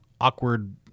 awkward